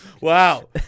Wow